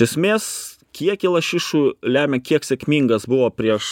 esmės kiekį lašišų lemia kiek sėkmingas buvo prieš